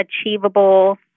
achievable